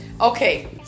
Okay